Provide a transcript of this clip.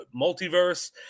multiverse